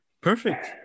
Perfect